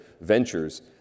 ventures